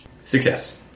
Success